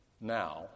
Now